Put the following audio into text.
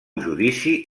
judici